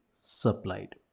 supplied